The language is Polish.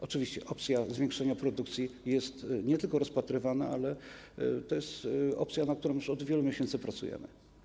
Oczywiście opcja zwiększenia produkcji jest nie tylko teraz rozpatrywana, bo to jest opcja, nad którą już od wielu miesięcy pracujemy.